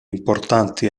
importanti